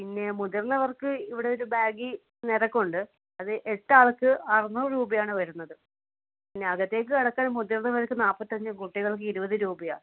പിന്നെ മുതിർന്നവർക്ക് ഇവിടൊരു ബാഗ്ഗി നെറക്കം ഉണ്ട് അത് എട്ടാൾക്ക് അറുന്നൂറ് രൂപയാണ് വരുന്നത് പിന്നെ അകത്തേയ്ക്ക് കടക്കാൻ മുതിർന്നവർക്ക് നാൽപ്പത്തഞ്ചും കുട്ടികൾക്ക് ഇരുപത് രൂപയാണ്